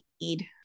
need